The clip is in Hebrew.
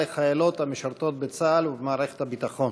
לחיילות המשרתות בצה"ל ובמערכת הביטחון,